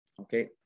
okay